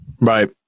Right